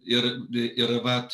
ir ir vat